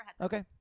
Okay